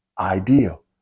ideal